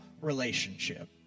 relationship